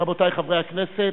רבותי חברי הכנסת,